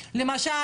למשל,